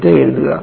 ഇത് എഴുതുക